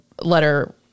letter